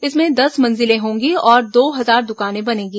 इसमें दस मंजिलें होंगी और दो हजार दुकानें बनेंगी